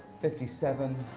fifty seven,